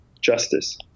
justice